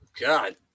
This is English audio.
God